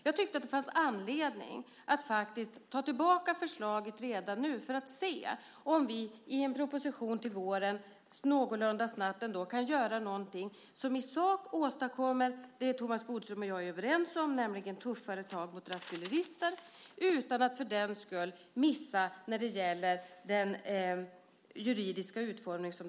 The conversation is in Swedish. Jag tyckte att det fanns anledning att ta tillbaka förslaget redan nu för att se om vi i en proposition till våren någorlunda snabbt ändå kan åstadkomma det som Thomas Bodström och jag är överens om - tuffare tag mot rattfyllerister - utan att för den skull göra misstag i fråga om den juridiska utformningen.